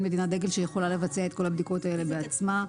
מדינת דגל שיכולה לבצע את כל הבדיקות האלה בעצמה.